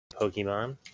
Pokemon